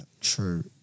True